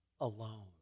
alone